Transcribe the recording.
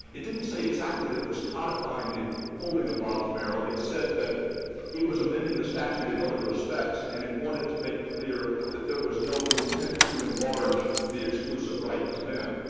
it didn't say exactly that it was codifying the holding of bobbs-merrill it said that it was amending the statute in other respects, and it wanted to make clear that there was no intent to enlarge the exclusive right to vend.